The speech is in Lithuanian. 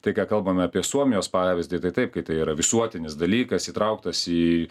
tai ką kalbame apie suomijos pavyzdį tai taip kai tai yra visuotinis dalykas įtrauktas į